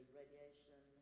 radiation